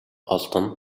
олдоно